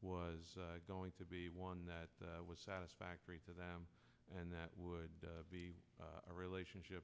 was going to be one that was satisfactory to them and that would be a relationship